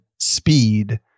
speed